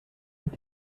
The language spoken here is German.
hat